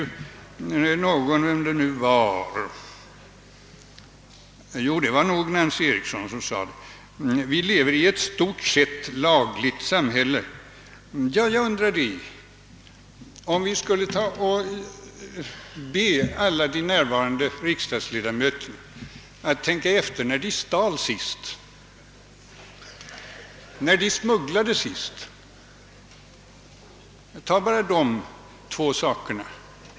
Jag tror att det var Nancy Eriksson som sade att vi i stort sett lever i ett laglydigt samhälle, men jag undrar om det är så. Jag skulle vilja be de närvarande riksdagsledamöterna att tänka efter när de stal och smugglade sist — jag tar bara dessa två saker.